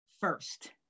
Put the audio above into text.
first